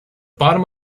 bottom